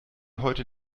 heute